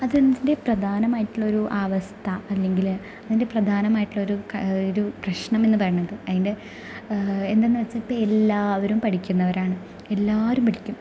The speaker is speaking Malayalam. അതിന്റെ പ്രധാനമായിട്ടുള്ളൊരു അവസ്ഥ അല്ലെങ്കിൽ അതിന്റെ പ്രധാനമായിട്ടുള്ളൊരു ഒരു പ്രശ്നം എന്നു പറയണത് അതിന്റെ എന്താണെന്ന് വെച്ചാൽ ഇപ്പം എല്ലാവരും പഠിക്കുന്നവരാണ് എല്ലാവരും പഠിക്കും